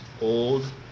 old